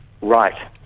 right